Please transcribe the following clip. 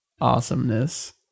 Awesomeness